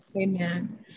Amen